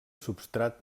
substrat